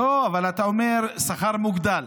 לא, אבל אתה אומר: שכר מוגדל.